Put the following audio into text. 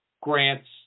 grants